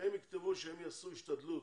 הם יכתבו שהם יעשו השתדלות